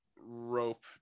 rope